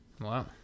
Wow